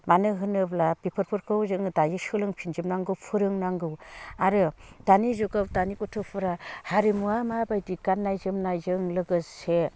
मानो होनोब्ला बेफोरखौ जोङो दायो सोलोंफिनजोबनांगौ फोरोंनांगौ आरो दानि जुगाव दानि गथ'फोरा हारिमुआ माबायदि गाननाय जोमनायजों लोगोसे